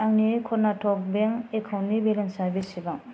आंनि Karnataka bank account नि बेलेन्सा बेसेबां